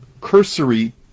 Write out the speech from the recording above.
cursory